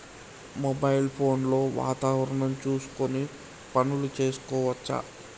Mobile phone లో వాతావరణం చూసుకొని పనులు చేసుకోవచ్చా?